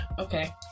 Okay